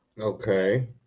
Okay